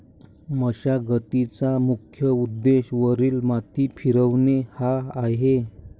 मशागतीचा मुख्य उद्देश वरील माती फिरवणे हा आहे